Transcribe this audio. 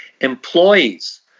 Employees